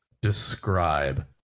describe